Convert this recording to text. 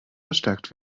verstärkt